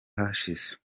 hashize